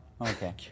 Okay